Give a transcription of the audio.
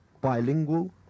bilingual